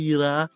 Ira